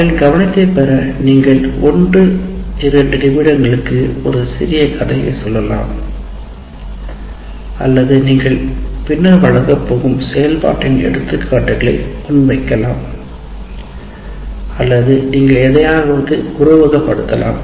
அவர்களின் கவனத்தைப் பெற நீங்கள் 1 2 நிமிடங்களுக்கு ஒரு சிறிய கதையை சொல்லலாம் அல்லது நீங்கள் பின்னர் வழங்கப் போகும் செயல்பாட்டின் எடுத்துக்காட்டுகள் முன்வைக்கலாம் அல்லது நீங்கள் எதையாவது உருவகப்படுத்தலாம்